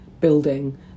building